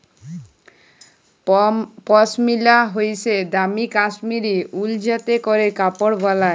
পশমিলা হইসে দামি কাশ্মীরি উল যাতে ক্যরে কাপড় বালায়